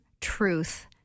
truth